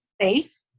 safe